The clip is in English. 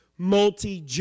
Multi